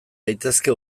daitezke